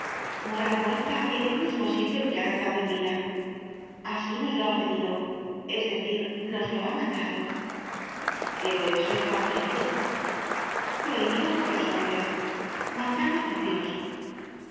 morar muerta en el mismo sitio en que ha rezado en vida asi nos lo ha pedido es decir nos lo ha mandado pero eso está prohibido prohibido por los hombres mandado por dios